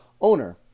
owner